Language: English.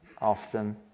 often